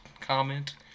comment